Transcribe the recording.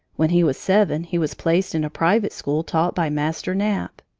when he was seven, he was placed in a private school taught by master knapp.